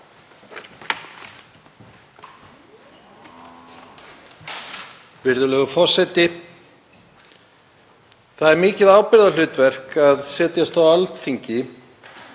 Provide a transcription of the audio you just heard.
Virðulegur forseti. Það er mikið ábyrgðarhlutverk að setjast á Alþingi